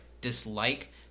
dislike